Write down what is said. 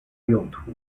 用途